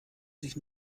sich